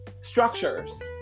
structures